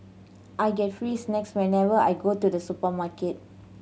I get free snacks whenever I go to the supermarket